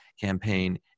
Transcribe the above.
campaign